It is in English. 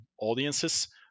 audiences